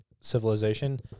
civilization